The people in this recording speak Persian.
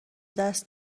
دست